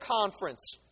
conference